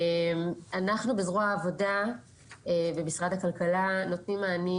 אנחנו בזרוע העבודה במשרד הכלכלה נותנים מענים